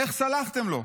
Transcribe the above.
איך סלחתם לו?